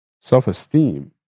self-esteem